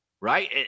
right